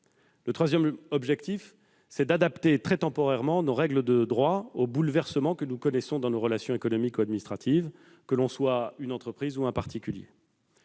Le troisième objectif est d'adapter très temporairement nos règles de droit aux bouleversements que nous connaissons dans nos relations économiques ou administratives, que l'on soit une entreprise ou un particulier.